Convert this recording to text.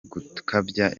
gukabya